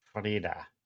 Frida